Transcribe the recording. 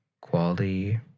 Quality